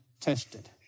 tested